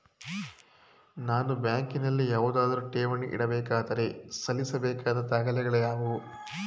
ನಾನು ಬ್ಯಾಂಕಿನಲ್ಲಿ ಯಾವುದಾದರು ಠೇವಣಿ ಇಡಬೇಕಾದರೆ ಸಲ್ಲಿಸಬೇಕಾದ ದಾಖಲೆಗಳಾವವು?